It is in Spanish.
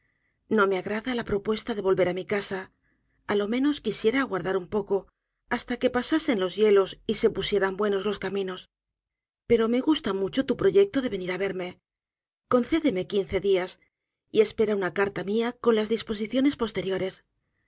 no me agrada la propuesta de volver á mi casa á lo menos quisiera aguardar un poco hasta que pasasen los hielos y se pusieran buenos los caminos pero me gusta mucho tu proyecto de venir á verme concédeme quince días y espera una carta mia con las disposiciones posteriores